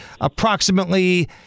approximately